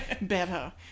better